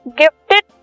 gifted